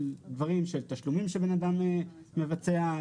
תשלומים שבן אדם מבצע,